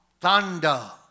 thunder